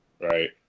Right